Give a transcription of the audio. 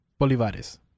Bolivares